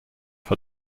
for